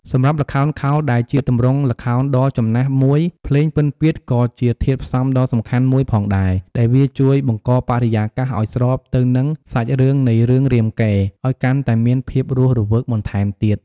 សម្រាប់ល្ខោនខោល ដែលជាទម្រង់ល្ខោនដ៏ចំណាស់មួយ ភ្លេងពិណពាទ្យក៏ជាធាតុផ្សំដ៏សំខាន់មួយផងដែរ ដែលវាជួយបង្កបរិយាកាសឱ្យស្របទៅនឹងសាច់រឿងនៃរឿងរាមកេរ្តិ៍ឲ្យកាន់តែមានភាពរស់រវើកបន្ថែមទៀត។